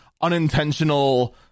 unintentional